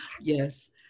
Yes